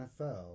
NFL